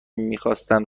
میخاستن